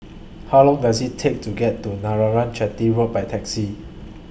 How Long Does IT Take to get to Chetty Road By Taxi